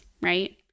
right